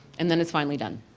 and then it's finally done.